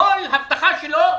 כל הבטחה שלו,